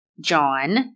John